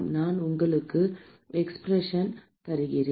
நான் உங்களுக்கு எக்ஸ்ப்ரெஷன் தருகிறேன்